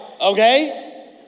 okay